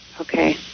Okay